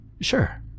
Sure